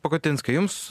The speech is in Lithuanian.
pakutinskai jums